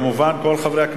בעד, 24,